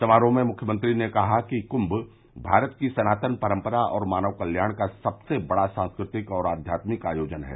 समारोह में मुख्यमंत्री ने कहा कि कृम्भ भारत की सनातन परम्परा और मानव कल्याण का सबसे बड़ा सांस्कृतिक और आघ्यात्मिक आयोजन है